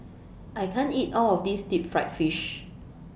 I can't eat All of This Deep Fried Fish